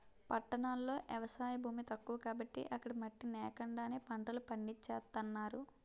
పట్టణాల్లో ఎవసాయ భూమి తక్కువ కాబట్టి అక్కడ మట్టి నేకండానే పంటలు పండించేత్తన్నారు